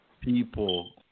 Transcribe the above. people